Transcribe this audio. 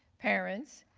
parents,